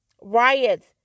riots